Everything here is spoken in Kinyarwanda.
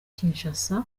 kinshasa